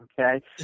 Okay